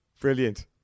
Brilliant